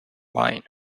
wine